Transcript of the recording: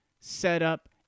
setup